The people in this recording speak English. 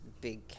big